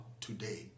today